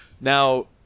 Now